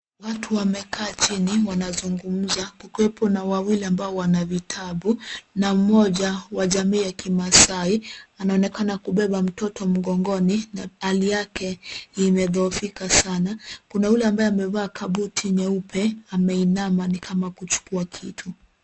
Watu wamekaa chini wanazungumza kukiwepo na wawili ambao wana vitabu na mmoja wa jamii ya kimasai anaonekana kubeba mtoto mgongoni na hali yake imedhohofika sana. Kuna yule ambaye amevaa kabuti nyeupe ameinama ni kama kuchukua kitu.